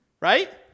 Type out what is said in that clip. right